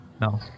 no